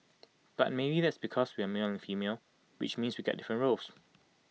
but maybe that's because we're male and female which means we get different roles